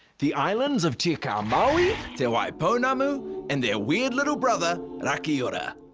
the islands of te ika-a-maui, te waipounamu, and their weird little brother, rakiura.